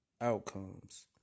outcomes